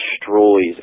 destroys